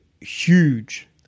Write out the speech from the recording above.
huge